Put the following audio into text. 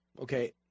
Okay